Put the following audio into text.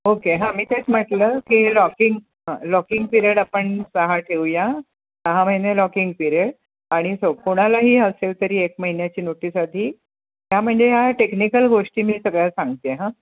okay हां मी तेच म्हटलं की लॉकिंग लॉकिंग पिरियड आपण सहा ठेवूया सहा महिने लॉकिंग पिरियड आणि हो कोणालाही असेल तरी एक महिन्याची नोटीस आधी ह्या म्हणजे ह्या टेक्निकल गोष्टी मी सगळ्या सांगते हां